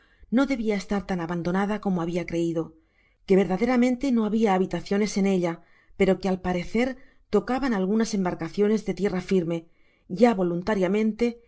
no debia estar tan abandonada como habia creido que verdaderamente no habia habitaciones en ella pero que al parecer tocaban algunas embarcaciones de tierra firme ya voluntariamente